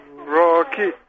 Rocky